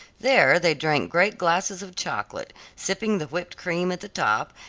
there they drank great glasses of chocolate, sipping the whipped cream at the top,